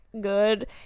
good